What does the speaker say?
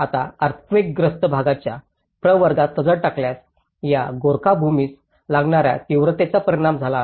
आता अर्थक्वेक ग्रस्त भागाच्या प्रवर्गात नजर टाकल्यास या गोरखा भूमीस लागणाऱ्या तीव्रतेचा परिणाम झाला आहे